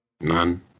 None